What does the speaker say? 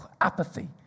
Apathy